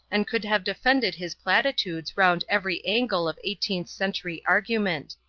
and could have defended his platitudes round every angle of eighteenth-century argument.